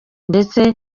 ndetse